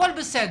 הכול בסדר.